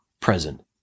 present